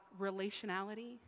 relationality